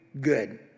good